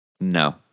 No